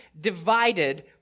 divided